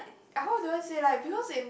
ah how do I say like because in